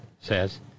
says